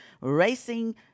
racing